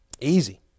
easy